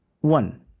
one